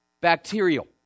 bacterial